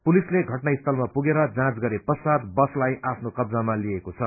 पुलीसले घटना स्थलमा पुगेर जाँच गरे पश्चात् बसलाई आफ्नो कब्जामा लिएको छ